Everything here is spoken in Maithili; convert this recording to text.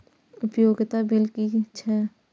उपयोगिता बिल कि छै?